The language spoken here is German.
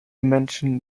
menschen